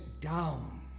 down